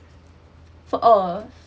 for oh